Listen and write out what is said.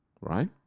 right